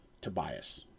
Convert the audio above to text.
Tobias